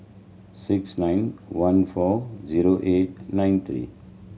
six nine one four zero eight nine three